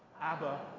Abba